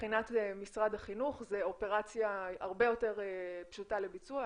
מבחינת משרד החינוך זו אופרציה הרבה יותר פשוטה לביצוע,